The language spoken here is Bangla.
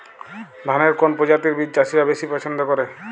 ধানের কোন প্রজাতির বীজ চাষীরা বেশি পচ্ছন্দ করে?